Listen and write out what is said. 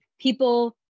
people